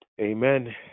Amen